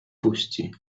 puści